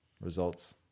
Results